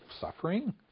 suffering